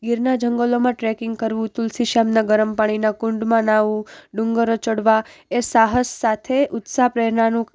ગીરનાં જંગલોમાં ટ્રેકિંગ કરવું તુલસી શ્યામનાં ગરમ પાણીનાં કુંડમાં નાહવું ડુંગરો ચઢવા એ સાહસ સાથે ઉત્સાહ પ્રેરણાનું